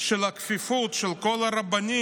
של הכפיפות של כל הרבנים,